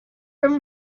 from